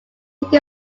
picked